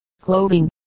clothing